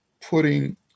putting